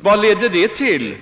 Vad ledde det till?